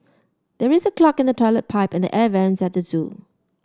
there is a clog in the toilet pipe and the air vents at the zoo